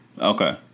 Okay